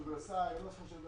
ורסאי.